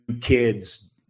kids